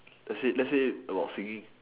let's say about singing